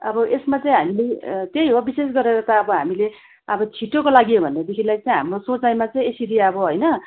अब यसमा चाहिँ हामीले त्यही हो विशेष गरेर त अब हामीले अब छिटोको लागि हो भनेदेखिलाई चाहिँ हाम्रो सोचाइमा चाहिँ यसरी अब हैन